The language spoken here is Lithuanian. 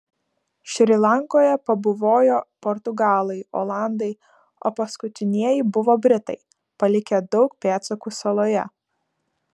šri lankoje pabuvojo portugalai olandai o paskutinieji buvo britai palikę daug pėdsakų saloje